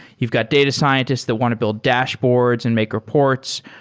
you've got data scientist that want to build dashboards and make reports.